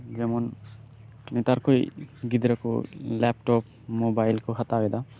ᱡᱮᱢᱚᱱ ᱱᱮᱛᱟᱨᱠᱩᱡ ᱜᱤᱫᱽᱨᱟᱹᱠᱩ ᱞᱮᱯᱴᱚᱯ ᱢᱚᱵᱟᱭᱤᱞ ᱠᱩ ᱦᱟᱛᱟᱣᱮᱫᱟ